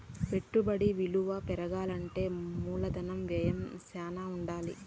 పెట్టుబడి విలువ పెరగాలంటే మూలధన వ్యయం శ్యానా ఉండాలి